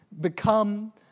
become